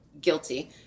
guilty